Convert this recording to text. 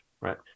right